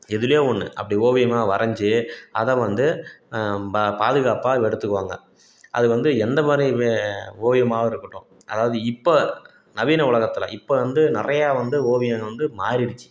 எதுலையோ ஒன்று அப்படி ஓவியமாக வரஞ்சு அதை வந்து ப பாதுகாப்பாக எடுத்துக்குவாங்க அது வந்து எந்தமாதிரி மே ஓவியமாகவும் இருக்கட்டும் அதாவது இப்போ நவீன உலகத்தில் இப்போ வந்து நிறையா வந்து ஓவியம் வந்து மாறிடுச்சு